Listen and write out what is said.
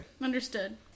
Understood